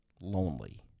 lonely